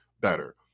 better